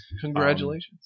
congratulations